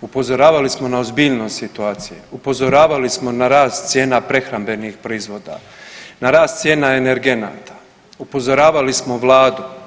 upozoravali smo na ozbiljnost situacije, upozoravali smo na rast cijena prehrambenih proizvoda, na rast cijena energenata, upozoravali smo Vladu.